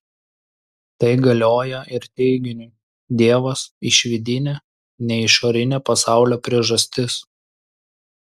tai galioją ir teiginiui dievas išvidinė ne išorinė pasaulio priežastis